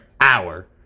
hour